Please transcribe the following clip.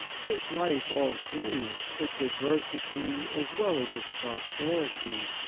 take life all through, its adversity as well as its prosperity,